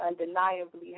undeniably